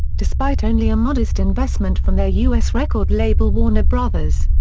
despite only a modest investment from their us record label warner bros.